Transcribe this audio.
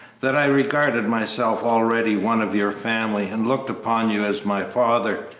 that i regarded myself already one of your family and looked upon you as my father,